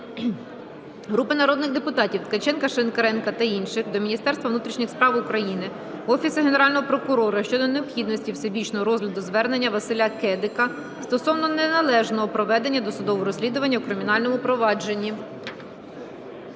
Групи народних депутатів (Ткаченка, Шинкаренка та інших) до Міністерства внутрішніх справ України, Офісу Генерального прокурора щодо необхідності всебічного розгляду звернення Василя Кедика стосовно неналежного проведення досудового розслідування у кримінальному провадженні.